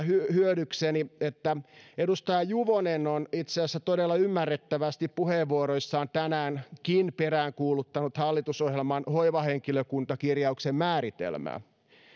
hyödykseni edustaja juvonen on itse asiassa todella ymmärrettävästi puheenvuoroissaan tänäänkin peräänkuuluttanut hallitusohjelman hoivahenkilökuntakirjauksen määritelmää